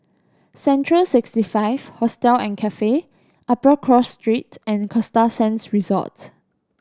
Central Sixty Five Hostel and Cafe Upper Cross Street and Costa Sands Resort